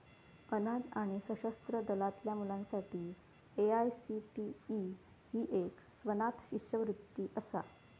अनाथ आणि सशस्त्र दलातल्या मुलांसाठी ए.आय.सी.टी.ई ही एक स्वनाथ शिष्यवृत्ती असा